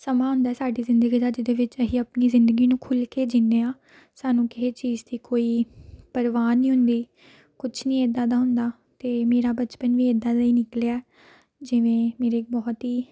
ਸਮਾਂ ਹੁੰਦਾ ਸਾਡੀ ਜ਼ਿੰਦਗੀ ਦਾ ਜਿਹਦੇ ਵਿੱਚ ਅਸੀਂ ਆਪਣੀ ਜ਼ਿੰਦਗੀ ਨੂੰ ਖੁੱਲ੍ਹ ਕੇ ਜੀਣੇ ਹਾਂ ਸਾਨੂੰ ਕਿਸੇ ਚੀਜ਼ ਦੀ ਕੋਈ ਪਰਵਾਹ ਨਹੀਂ ਹੁੰਦੀ ਕੁਛ ਨਹੀਂ ਇੱਦਾਂ ਦਾ ਹੁੰਦਾ ਅਤੇ ਮੇਰਾ ਬਚਪਨ ਵੀ ਇੱਦਾਂ ਦਾ ਹੀ ਨਿਕਲਿਆ ਜਿਵੇਂ ਮੇਰੇ ਬਹੁਤ ਹੀ